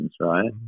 right